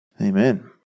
Amen